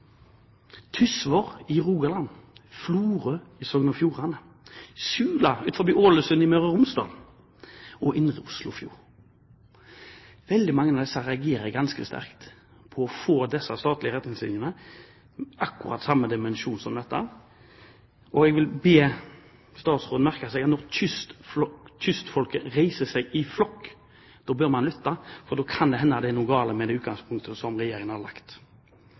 i Rogaland, Florø i Sogn og Fjordane, Sula utenfor Ålesund i Møre og Romsdal og Indre Oslofjord. Veldig mange reagerer ganske sterkt på å få disse statlige retningslinjene, i akkurat samme dimensjon, og jeg vil be statsråden merke seg at når kystfolket reiser seg i flokk, bør man lytte, for da kan det hende at det er noe galt med det utgangspunktet som Regjeringen har lagt.